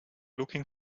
looking